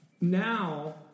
Now